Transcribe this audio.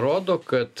rodo kad